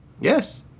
Yes